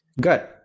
Good